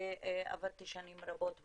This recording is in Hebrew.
עבדתי שנים רבות בתחום.